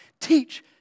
Teach